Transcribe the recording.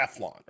teflon